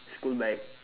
school bag